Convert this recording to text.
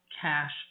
cash